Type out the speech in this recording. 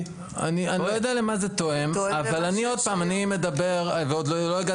כשאת אומרת מי כן יכולה ומי לא יכולה